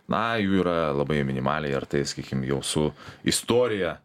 na jų yra labai minimaliai ir tai sakykim jau su istorija